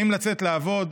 האם לצאת לעבוד?